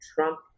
Trump